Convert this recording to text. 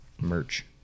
merch